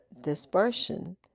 dispersion